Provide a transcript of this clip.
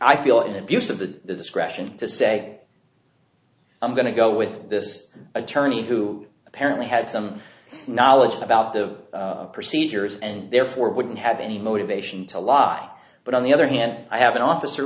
i feel an abuse of the discretion to say i'm going to go with this attorney who apparently had some knowledge about the procedures and therefore wouldn't have any motivation to lie but on the other hand i have an officer